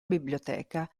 biblioteca